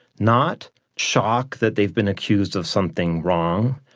not shock that they have been accused of something wrong,